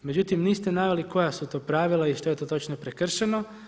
Međutim, niste naveli koja su to pravila i što je to točno prekršeno.